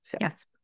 Yes